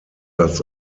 als